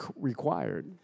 required